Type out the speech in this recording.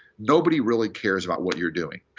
nobody really cares about what you're doing.